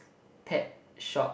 pet shop